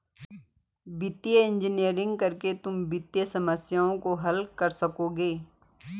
वित्तीय इंजीनियरिंग करके तुम वित्तीय समस्याओं को हल कर सकोगे